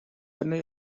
eine